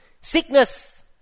Sickness